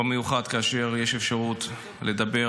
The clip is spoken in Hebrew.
במיוחד כאשר יש אפשרות לדבר